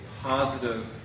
positive